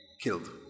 killed